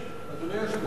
אדוני היושב-ראש,